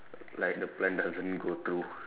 like the plan doesn't go through